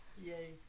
Yay